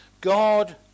God